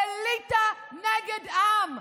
אליטה נגד עם.